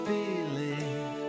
believe